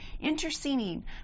interceding